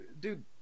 dude